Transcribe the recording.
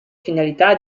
finalità